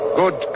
good